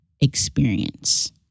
experience